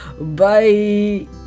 bye